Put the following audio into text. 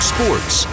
Sports